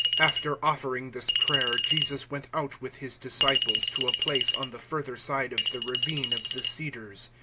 after offering this prayer jesus went out with his disciples to a place on the further side of the ravine of the cedars,